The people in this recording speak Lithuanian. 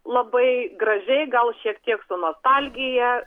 labai gražiai gal šiek tiek su nostalgija